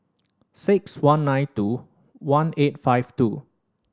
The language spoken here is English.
six one nine two one eight five two